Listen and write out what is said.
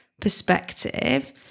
perspective